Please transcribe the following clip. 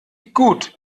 gut